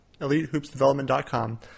EliteHoopsDevelopment.com